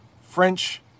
French